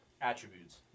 attributes